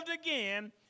again